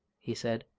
he said.